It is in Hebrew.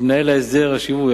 ומנהל ההסדר השיורי,